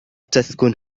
تسكن